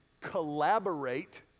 collaborate